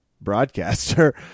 broadcaster